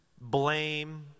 blame